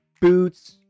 boots